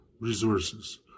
resources